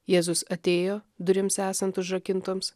jėzus atėjo durims esant užrakintoms